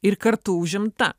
ir kartu užimta